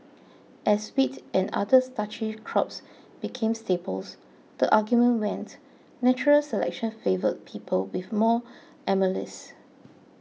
as wheat and other starchy crops became staples the argument went natural selection favoured people with more amylase